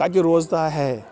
کَتہِ روزتا ہے